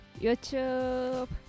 YouTube